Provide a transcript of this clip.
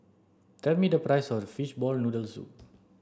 tell me the price of fishball noodle soup